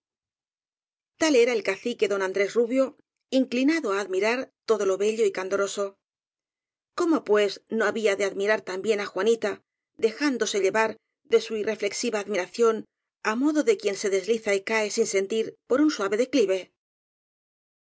tal era el cacique don andrés rubio inclinado á admirar todo lo bello y candoroso cómo pues no había de admirar también á juanita de jándose llevar de su irreflexiva admiración á mo do de quien se desliza y cae sin sentir por un sua ve declive